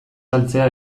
saltzea